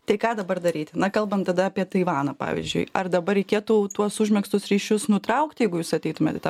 tai ką dabar daryti na kalbant tada apie taivaną pavyzdžiui ar dabar reikėtų tuos užmegztus ryšius nutraukti jeigu jūs ateitumėt į tą